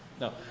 No